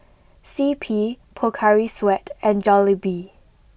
C P Pocari Sweat and Jollibee